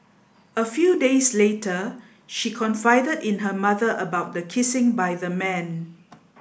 a few days later she confided in her mother about the kissing by the man